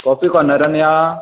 coffee कॉनरान या